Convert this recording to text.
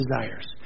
desires